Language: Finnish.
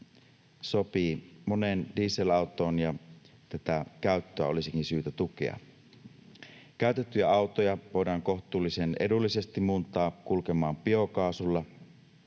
sopii moneen dieselautoon, ja tätä käyttöä olisikin syytä tukea. Käytettyjä autoja voidaan kohtuullisen edullisesti muuntaa kulkemaan biokaasulla.